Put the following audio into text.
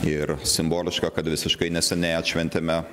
ir simboliška kad visiškai neseniai atšventėme